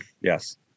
Yes